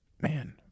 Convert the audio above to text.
Man